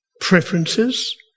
preferences